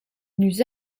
nous